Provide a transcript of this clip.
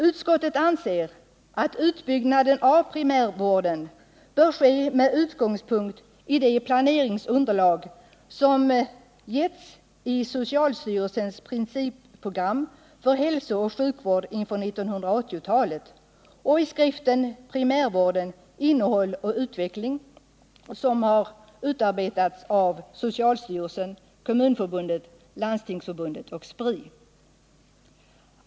Utskottet anser att utbyggnaden av primärvården bör ske med utgångspunkt i det planeringsunderlag som getts i socialstyrelsens principprogram för hälsooch sjukvården inför 1980-talet och i skriften Primärvården — innehåll och utveckling, som har utarbetats av socialstyrelsen, Kommunförbundet, Landstingsförbundet och Spri.